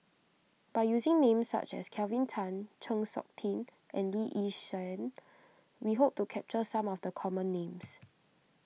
by using names such as Kelvin Tan Chng Seok Tin and Lee Yi Shyan we hope to capture some of the common names